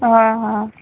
हां हां